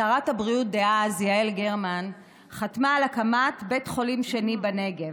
שרת הבריאות דאז יעל גרמן חתמה על הקמת בית חולים שני בנגב.